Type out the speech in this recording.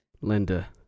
Linda